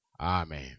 Amen